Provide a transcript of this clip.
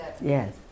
Yes